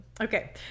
Okay